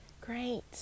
Great